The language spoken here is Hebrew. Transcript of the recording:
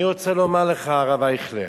אני רוצה לומר לך, הרב אייכלר: